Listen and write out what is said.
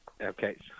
okay